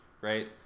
right